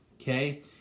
okay